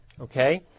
Okay